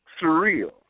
surreal